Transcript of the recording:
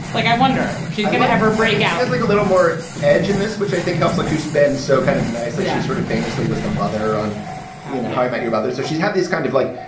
like, i wonder if she's going to ever break out is like a little more edge in this, which i think helps. like, she's been so kind of nice. like she sort of famously was the mother on how and i met your mother. so she's had this kind of like.